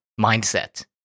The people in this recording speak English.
mindset